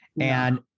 and-